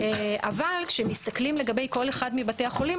אבל כשמסתכלים לגבי כל אחד מבתי החולים,